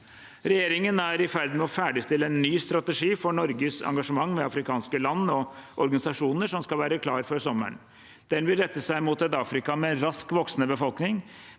Regjeringen er i ferd med å ferdigstille en ny strategi for Norges engasjement med afrikanske land og organisasjoner, som skal være klar før sommeren. Den vil rette seg mot et Afrika med raskt voksende befolkning,